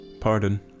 pardon